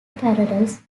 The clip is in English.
parallels